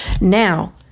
Now